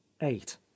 eight